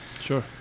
Sure